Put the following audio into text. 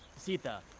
sita.